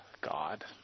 God